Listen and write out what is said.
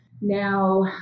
Now